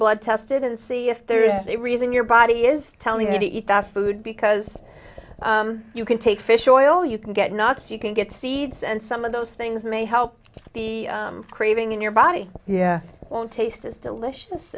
blood tested and see if there is a reason your body is telling you to eat that food because you can take fish oil you can get knots you can get seeds and some of those things may help the craving in your body yeah won't taste as delicious